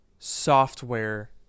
software